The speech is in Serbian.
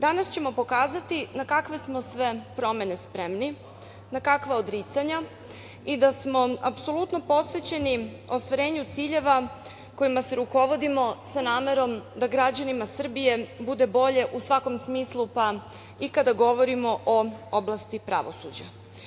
Danas ćemo pokazati na kakve smo sve promene spremni, na kakva odricanja i da smo apsolutno posvećeni ostvarivanju ciljeva kojima se rukovodimo, sa namerom da građanima Srbije bude bolje u svakom smislu, pa i kada govorimo o oblasti pravosuđa.